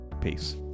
Peace